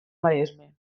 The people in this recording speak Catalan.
maresme